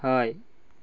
हय